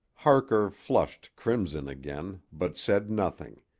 harker flushed crimson again, but said nothing,